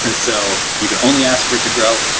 and so you can only ask for it to grow,